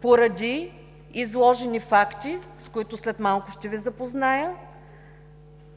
поради изложени факти, с които след малко ще Ви запозная